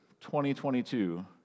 2022